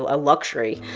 a luxury,